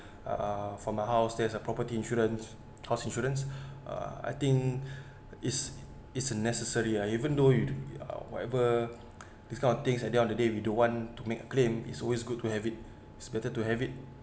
uh for my house there's a property insurance house insurance uh I think is is a necessary ah even though you uh whatever this kind of things at the end of the day we don't want to make claim is always good to have it is better to have it